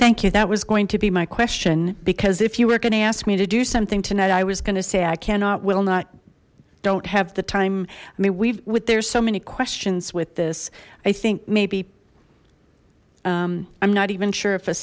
thank you that was going to be my question because if you were gonna ask me to do something tonight i was gonna say i cannot will not don't have the time i mean we've with there so many questions with this i think maybe i'm not even sure if a